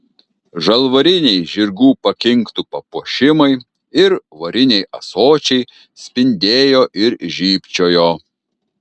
žalvariniai žirgų pakinktų papuošimai ir variniai ąsočiai spindėjo ir žybčiojo